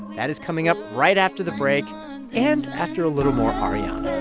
that is coming up right after the break and after a little more ariana